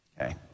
okay